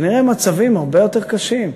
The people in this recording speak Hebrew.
ונראה מצבים הרבה יותר קשים,